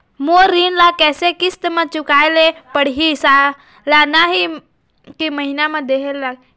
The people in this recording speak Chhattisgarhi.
मोर ऋण ला कैसे किस्त म चुकाए ले पढ़िही, सालाना की महीना मा देहे ले लागही?